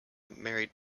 married